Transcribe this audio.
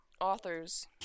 authors